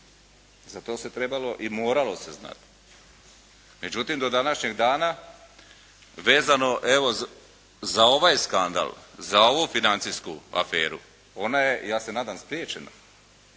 Za to se trebalo i moralo se znati. Međutim, do današnjeg dana vezano, evo za ovaj skandal, za ovu financijsku aferu. Ona je, ja se nadam spriječena,